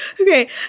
okay